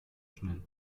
schnell